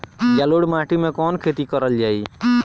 जलोढ़ माटी में कवन खेती करल जाई?